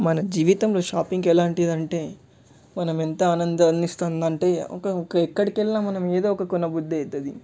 మన జీవితంలో షాపింగ్ ఎలాంటిదంటే మనం ఎంత ఆనందాన్ని ఇస్తుంది అంటే ఒక ఒక ఎక్కడికెళ్ళినా మనం ఏదో ఒక కొన బుద్ధి అవుతుంది